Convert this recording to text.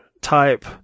type